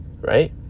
right